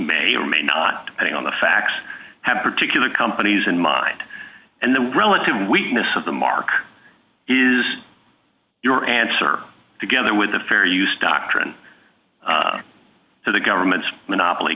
may or may not putting on the facts have particular companies in mind and the relative weakness of the mark is your answer together with the fair use doctrine to the government's monopoly